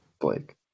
blake